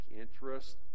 interest